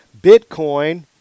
Bitcoin